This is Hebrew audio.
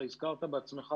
אתה בעצמך,